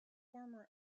former